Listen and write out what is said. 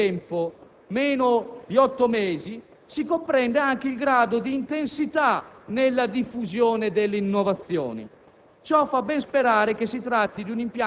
Tenuto conto del breve arco di tempo, meno di otto mesi, si comprende anche il grado di intensità nella diffusione delle innovazioni;